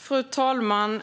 Fru talman!